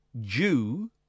Jew